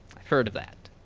heard of that.